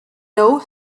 low